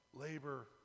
labor